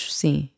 sim